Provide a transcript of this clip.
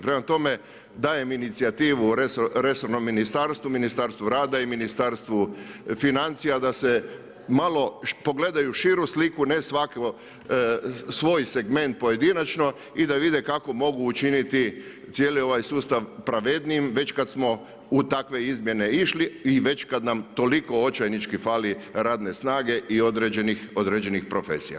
Prema tome, dajem inicijativu resornom ministarstvu, Ministarstvu rada i Ministarstvu financija da malo pogledaju širu sliku, ne svako svoj segment pojedinačno i da vide kako mogu učiniti cijeli ovaj sustav pravednijim već kad smo u takve izmjene išli i već kad nam toliko očajnički fali radne snage i određenih profesija.